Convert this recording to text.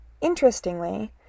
Interestingly